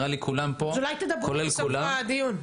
אז אולי תדברו בסוף הדיון.